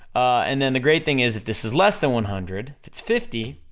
and then the great thing is, if this is less than one hundred, if it's fifty,